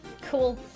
cool